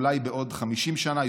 ואולי בעוד חמישים שנה,